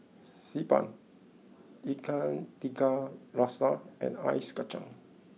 Xi Ban Ikan Tiga Rasa and Ice Kacang